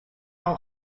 all